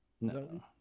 No